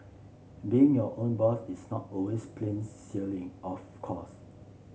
being your own boss is not always plain sailing of course